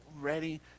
ready